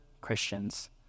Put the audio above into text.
Christians